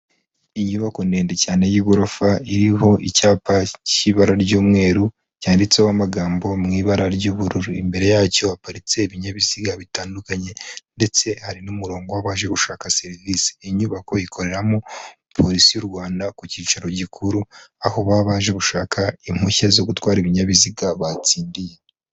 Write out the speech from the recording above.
Nyubako ndende cyane y'igorofa iriho icyapa cy'ibara ry'umweru cyanditseho amagambo mu ibara ry'ubururu, imbere yacyo haparitse ibinyabiziga bitandukanye ndetse hari n'umurongo w'abaje gushaka serivisi, iyi nyubako ikoreramo polisi y'u Rwanda ku cyicaro gikuru, aho baba baje gushaka impushya zo gutwara ibinyabiziga batsindiye.